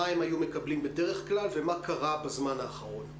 מה הם היו מקבלים בדרך כלל ומה קרה בזמן האחרון.